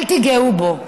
אל תיגעו בו.